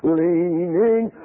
leaning